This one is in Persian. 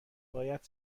باید